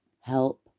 help